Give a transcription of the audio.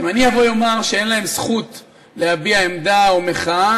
אם אני אבוא ואומר שאין להם זכות להביע עמדה או מחאה,